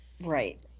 right